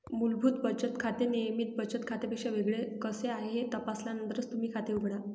मूलभूत बचत खाते नियमित बचत खात्यापेक्षा वेगळे कसे आहे हे तपासल्यानंतरच तुमचे खाते उघडा